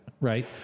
Right